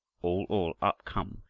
all, all, up come,